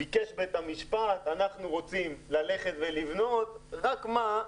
אמר לבית המשפט שאנחנו רוצים ללכת ולבנות, רק מה,